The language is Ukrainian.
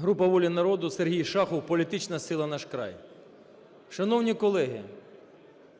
Група "Воля народу", Сергій Шахов, політична сила "Наш край". Шановні колеги,